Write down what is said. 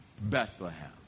Bethlehem